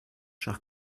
chers